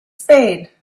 spade